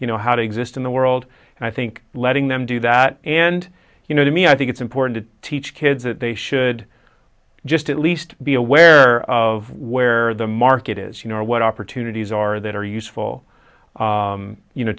you know how to exist in the world and i think letting them do that and you know to me i think it's important to teach kids that they should just at least be aware of where the market is you know what opportunities are that are useful you know